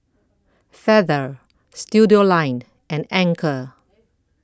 Feather Studioline and Anchor